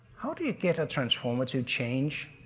how do you get a transformative change?